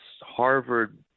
Harvard